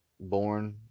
born